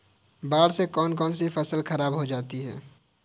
बाढ़ से कौन कौन सी फसल खराब हो जाती है?